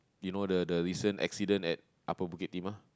you know the the recent accident at Upper Bukit-Timah